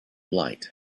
light